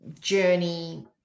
journey